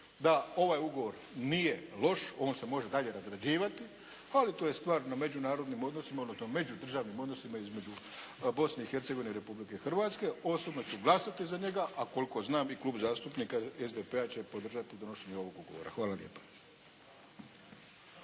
da ovaj ugovor nije loš, on se može dalje razrađivati, ali to je stvar na međunarodnim odnosima, međudržavnim odnosima između Bosne i Hercegovine i Republike Hrvatske. Osobno ću glasati za njega, a koliko znam i Klub zastupnika SDP-a će podržati donošenje ovoga ugovora. Hvala lijepa.